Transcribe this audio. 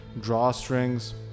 drawstrings